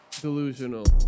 delusional